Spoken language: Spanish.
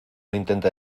intente